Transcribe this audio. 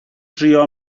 drio